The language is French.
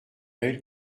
elle